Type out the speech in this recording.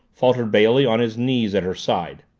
faltered bailey, on his knees at her side.